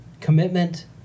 commitment